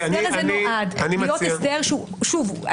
ההסדר הזה נועד להיות הסדר שהוא,